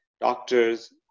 doctors